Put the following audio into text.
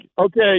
okay